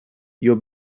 your